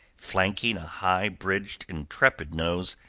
flanking a high-bridged, intrepid nose,